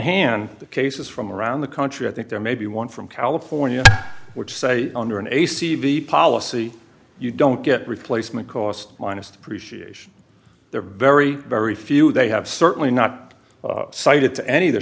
the cases from around the country i think there may be one from california which say under an a c v policy you don't get replacement cost minus depreciation they're very very few they have certainly not cited to any of the